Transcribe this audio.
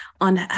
on